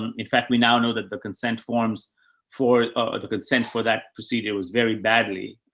um in fact, we now know that the consent forms for, ah, the consent for that procedure was very badly,